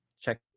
check